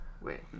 Wait